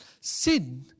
Sin